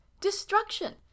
destruction